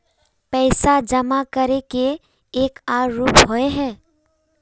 पैसा जमा करे के एक आर रूप होय है?